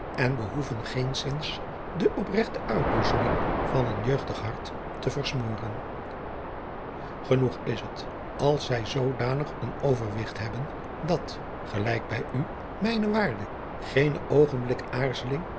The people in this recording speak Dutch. en behoeven geenszins de opregte uitboezeming van een adriaan loosjes pzn het leven van hillegonda buisman jeugdig hart te versmoren genoeg is het als zij zoodanig een overwigt hebben dat gelijk bij u mijne waarde geen oogenblik